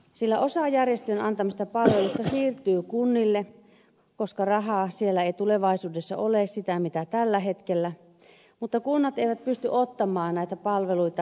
osa järjestöjen antamista palveluista siirtyy kunnille ja koska rahaa siellä ei tulevaisuudessa ole sitä mitä tällä hetkellä kunnat eivät pysty ottamaan näitä palveluita hoitaakseen